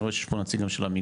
אני רואה שיש נציג של עמיגור,